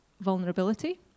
vulnerability